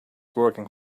working